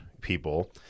people